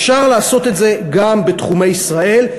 אפשר לעשות את זה גם בתחומי ישראל,